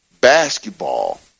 basketball